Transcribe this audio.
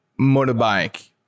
motorbike